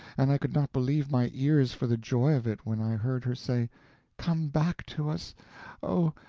and i could not believe my ears for the joy of it when i heard her say come back to us oh,